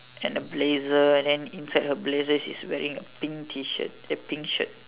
and a blazer and inside her blazer she's wearing a pink T shirt eh pink shirt